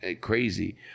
crazy